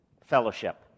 fellowship